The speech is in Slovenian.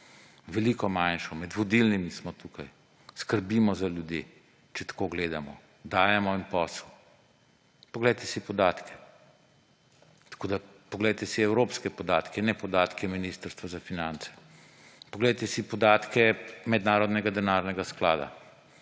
veliko manjšo, med vodilnimi smo tukaj. Skrbimo za ljudi, če tako gledamo. Dajemo jim posel. Poglejte si podatke. Poglejte si evropske podatke, ne podatke Ministrstva za finance. Poglejte si podatke Mednarodnega denarnega sklada.